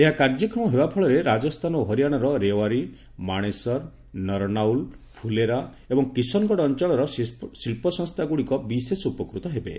ଏହା କାର୍ଯ୍ୟକ୍ଷମ ହେବା ଫଳରେ ରାଜସ୍ଥାନ ଓ ହରିଆଣାର ରେୱାରୀ ମାଣେସର ନରନାଉଲ ଫୁଲେରା ଏବଂ କିଶନଗଡ଼ ଅଞ୍ଚଳର ଶିଳ୍ପସଂସ୍ଥା ଗୁଡ଼ିକ ବିଶେଷ ଉପକୃତ ହେବେ